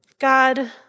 God